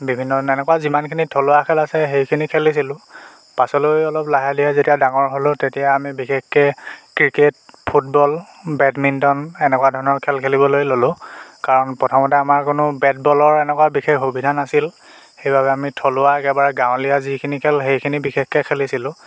বিভিন্ন ধৰণে এনেকুৱা যিমানখিনি থলুৱা খেল আছে সেইখিনি খেলিছিলোঁ পাছলৈ অলপ লাহে ধীৰে যেতিয়া ডাঙৰ হ'লো তেতিয়া আমি বিশেষকৈ ক্ৰিকেট ফুটবল বেডমিণ্টন এনেকুৱা ধৰণৰ খেল খেলিবলৈ ল'লোঁ কাৰণ প্ৰথমতে আমাৰ কোনো বেট বলৰ এনেকুৱা বিশেষ সুবিধা নাছিল সেইবাবে আমি থলুৱা একেবাৰে গাঁৱলীয়া যিখিনি খেল সেইখিনি বিশেষকৈ খেলিছিলোঁ